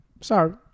sorry